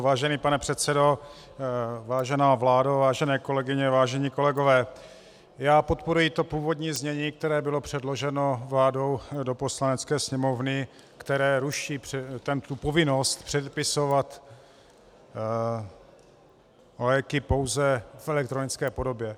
Vážený pane předsedo, vážená vládo, vážené kolegyně, vážení kolegové, podporuji to původní znění, které bylo předloženo vládou do Poslanecké sněmovny, které ruší povinnost předepisovat léky pouze v elektronické podobě.